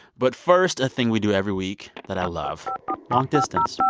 but first thing we do every week that i love long distance